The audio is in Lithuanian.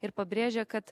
ir pabrėžė kad